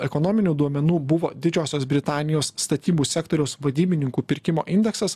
ekonominių duomenų buvo didžiosios britanijos statybų sektoriaus vadybininkų pirkimo indeksas